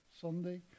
Sunday